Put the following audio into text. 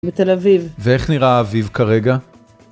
מתל אביב. ואיך נראה האביב כרגע?